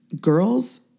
girls